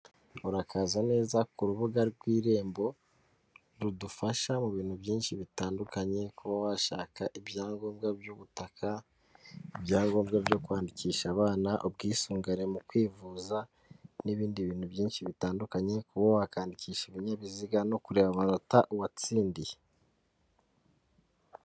Urakaza neza ku rubuga rw'irembo rudufasha mu bintu byinshi bitandukanye kuba washaka ibyangombwa by'ubutaka, ibyangombwa byo kwandikisha abana, ubwisungane mu kwivuza n'ibindi bintu byinshi bitandukanye kuba wakandikisha ibinyabiziga no kureba amanota watsindiye.